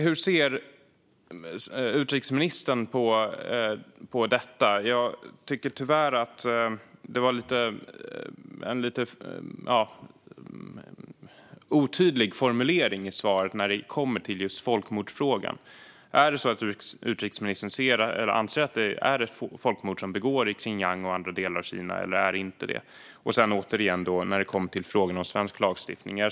Hur ser utrikesministern på detta? Formuleringen i svaret är tyvärr lite otydlig när det gäller just folkmordsfrågan. Anser utrikesministern att det begås folkmord i Xinjiang och andra delar av Kina eller inte? Åter till frågan om svensk lagstiftning.